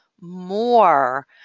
more